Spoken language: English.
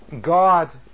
God